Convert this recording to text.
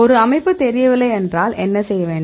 ஒரு அமைப்பு தெரியவில்லை என்றால் என்ன செய்ய வேண்டும்